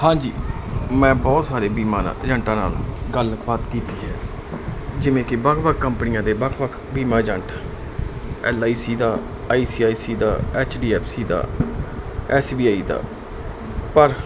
ਹਾਂਜੀ ਮੈਂ ਬਹੁਤ ਸਾਰੇ ਬੀਮਾ ਨਾ ਏਜੈਂਟਾਂ ਨਾਲ ਗੱਲਬਾਤ ਕੀਤੀ ਹੈ ਜਿਵੇਂ ਕਿ ਵੱਖ ਵੱਖ ਕੰਪਨੀਆਂ ਦੇ ਵੱਖ ਵੱਖ ਬੀਮਾਂ ਏਜੰਟ ਐਲ ਈ ਸੀ ਦਾ ਆਈ ਸੀ ਆਈ ਸੀ ਦਾ ਐਚ ਡੀ ਐਫ ਸੀ ਦਾ ਐਸ ਬੀ ਆਈ ਦਾ ਪਰ